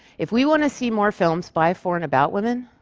if we want to see more films by, for and about women,